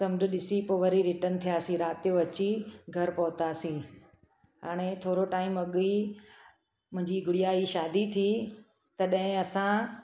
समुंडु ॾिसी पोइ वरी रिटन थियासीं राति जो अची घरु पहुंतासी हाणे थोरो टाइम अॻु ई मुंहिंजी गुड़िया जी शादी थी तॾहिं असां